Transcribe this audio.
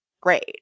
great